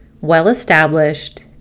well-established